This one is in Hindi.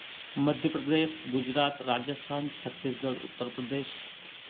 मध्य प्रदेश गुजरात राजस्थान छत्तीसगढ़ उत्तर प्रदेश